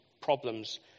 problems